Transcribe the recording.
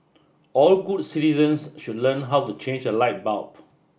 all good citizens should learn how to change a light bulb